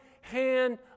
hand